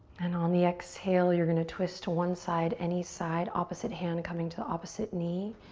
and on the exhale, you're gonna twist to one side, any side, opposite hand coming to opposite knee.